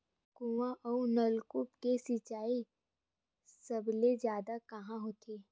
कुआं अउ नलकूप से सिंचाई सबले जादा कहां होथे?